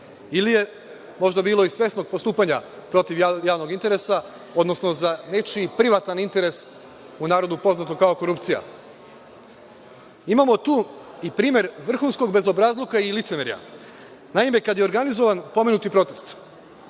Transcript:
ili je možda bilo i svesnog postupanja protiv javnog interesa, odnosno za nečiji privatan interes, u narodu poznatog kao korupcija. Imamo tu i primer vrhunskog bezobrazluka i licemerja. Naime, kada je organizovan pomenuti protest